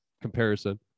comparison